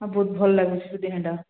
ହଁ ବହୁତ ଭଲ ଲାଗୁଛି ଦେହଟା